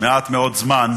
מעט מאוד זמן.